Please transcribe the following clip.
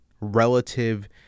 relative